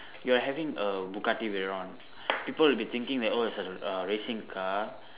you're having a bugatti veyron people will be thinking that oh it's a uh a racing car